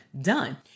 done